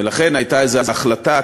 ולכן הייתה איזו החלטה,